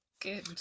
good